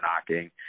knocking